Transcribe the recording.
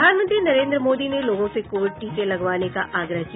प्रधानमंत्री नरेन्द्र मोदी ने लोगों से कोविड टीके लगवाने का आग्रह किया